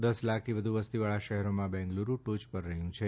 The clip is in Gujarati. દસ લાખથી વધુ વસતીવાળા શહેરોમાં બેંગલુરુ ટોચ પર રહ્યું છે